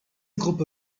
gruppe